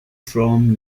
from